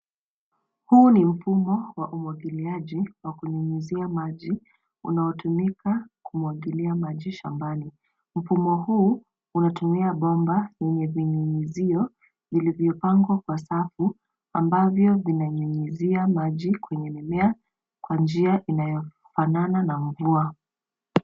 Huu ni mfumo wa umwagiliaji wa kunyunyuzia maji unaotumika kumwagilia maji shambani. Mfumo huu unatumia bomba zenye vinyunyzio vilivyopangwa kwa safu ambavyo vinanyunyuzia maji kwenye mimea kwa njia inayofanana na mvua.